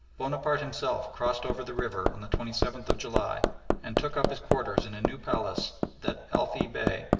bonaparte himself crossed over the river on the twenty seventh of july and took up his quarters in a new palace that elfy bey,